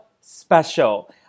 special